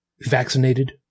vaccinated